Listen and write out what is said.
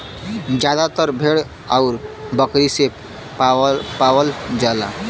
जादातर भेड़ आउर बकरी से पावल जाला